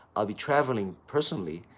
i'll be traveling, personally,